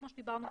כמו שדיברנו,